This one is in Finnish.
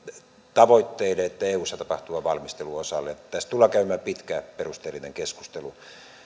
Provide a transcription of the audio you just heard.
tavoitteiden että eussa tapahtuvan valmistelun osalta tästä tullaan käymään pitkä perusteellinen keskustelu